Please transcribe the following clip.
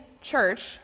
church